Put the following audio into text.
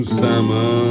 summer